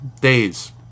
days